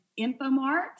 InfoMart